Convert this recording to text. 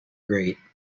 grate